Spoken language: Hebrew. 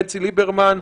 בנצי ליברמן,